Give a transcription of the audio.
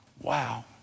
Wow